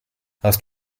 hast